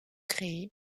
créé